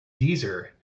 deezer